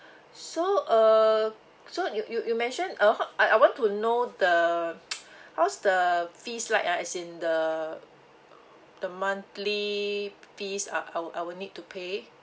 so uh so you you mentioned uh I want to know the how's the fees like ah as in the the monthly fees I I I will need to pay